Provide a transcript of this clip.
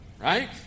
Right